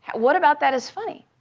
what about that is funny?